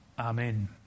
Amen